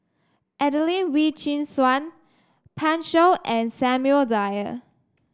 Adelene Wee Chin Suan Pan Shou and Samuel Dyer